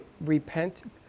repent